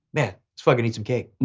yeah let's fucking eat some cake,